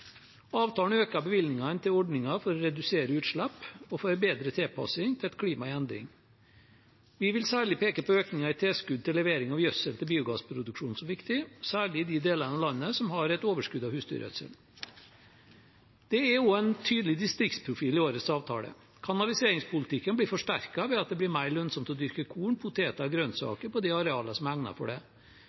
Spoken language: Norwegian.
Avtalen økte bevilgningene til ordninger for å redusere utslipp og få en bedre tilpassing til et klima i endring. Vi vil særlig peke på økningen i tilskudd til levering av gjødsel til biogassproduksjon som viktig, særlig i de delene av landet som har et overskudd av husdyrgjødsel. Det er også en tydelig distriktsprofil i årets avtale. Kanaliseringspolitikken blir forsterket ved at det blir mer lønnsomt å dyrke korn, poteter og grønnsaker på de arealene som er egnet for det.